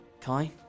Kai